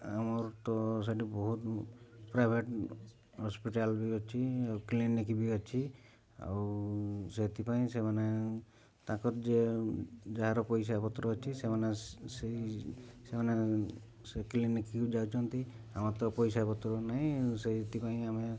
ଆମର ତ ସେଇଠି ବହୁତ ପ୍ରାଇଭେଟ୍ ହସ୍ପିଟାଲ୍ ବି ଅଛି ଆଉ କ୍ଲିନିକ୍ ବି ଅଛି ଆଉ ସେଥିପାଇଁ ସେମାନେ ତାଙ୍କର ଯିଏ ଯାହାର ପଇସା ପତ୍ର ଅଛି ସେମାନେ ସେଇ ସେମାନେ ସେ କ୍ଲିନିକ୍କି ଯାଉଛନ୍ତି ଆମର ତ ପଇସା ପତ୍ର ନାହିଁ ସେଇଥିପାଇଁ ଆମେ